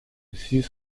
six